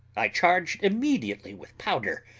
i charged immediately with powder,